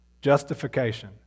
Justification